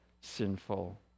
sinful